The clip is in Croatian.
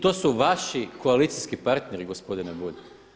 To su vaši koalicijski partneri gospodine Bulj.